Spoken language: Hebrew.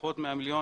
פחות מ-100 מיליון